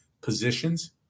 positions